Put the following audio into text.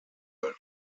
world